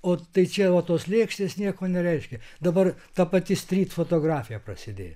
o tai čia o tos lėkštės nieko nereiškia dabar ta pati stryt fotografija prasidėjo